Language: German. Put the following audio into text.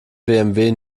bmw